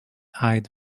eyed